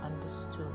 understood